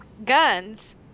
guns